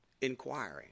inquiring